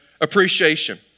appreciation